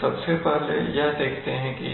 तो सबसे पहले यह देखते हैं कि